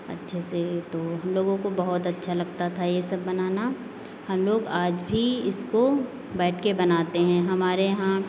अच्छे से तो हम लोगों को बहुत अच्छा लगता था ये सब बनाना हम लोग आज भी इसको बैठ के बनाते हैं हमारे यहाँ